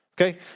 okay